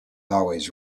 always